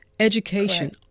Education